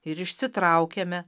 ir išsitraukiame